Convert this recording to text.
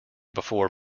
before